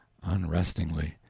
unrestingly.